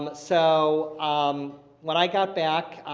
um so um when i got back